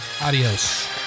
Adios